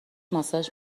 ماساژ